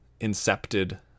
incepted